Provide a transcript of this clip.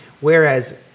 Whereas